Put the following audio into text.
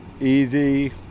easy